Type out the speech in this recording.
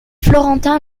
florentin